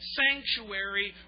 sanctuary